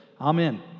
Amen